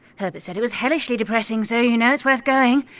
herbert said it was hellishly depressing, so you know it's worth going,